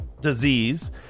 disease